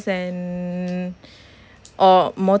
and or motorcycle